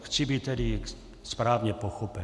Chci být tedy správně pochopen.